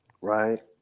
right